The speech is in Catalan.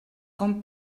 com